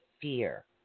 fear